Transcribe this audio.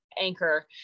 anchor